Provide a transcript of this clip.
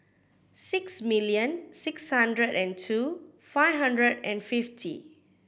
six million six hundred and two five hundred and fifty